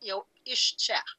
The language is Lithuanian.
jau iš čia